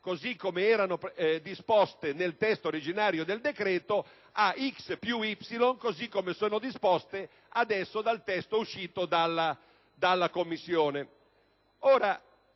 così come erano disposte nel testo originario del decreto, a X più Y, così come sono disposte ora dal testo licenziato dalla Commissione.